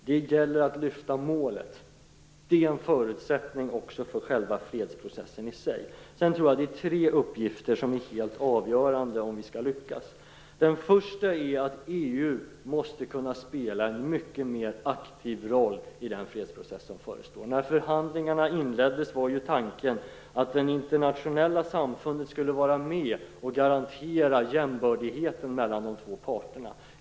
Att lyfta fram det målet är också en förutsättning för fredsprocessen i sig. Tre uppgifter är helt avgörande för att vi skall lyckas. Den första är att EU kan spela en mycket mer aktiv roll i den fredsprocess som förestår. När förhandlingarna inleddes var tanken den att det internationella samfundet skulle vara med om att garantera jämbördigheten mellan de två parterna.